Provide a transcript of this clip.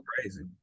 crazy